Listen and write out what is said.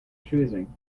choosing